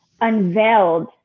unveiled